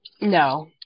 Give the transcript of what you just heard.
No